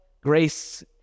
grace